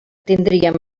tindríem